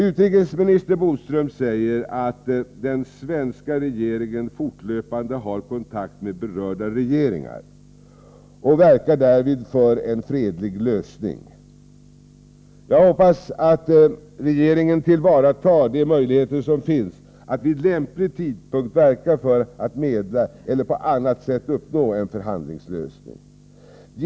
Utrikesminister Bodström säger att den svenska regeringen fortlöpande har kontakt med berörda regeringar och därvid verkar för en fredlig lösning. Jag hoppas att regeringen tillvaratar de möjligheter som finns att vid lämplig tidpunkt verka för att medla eller på annat sätt uppnå en förhandlingslösning.